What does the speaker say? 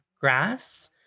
grass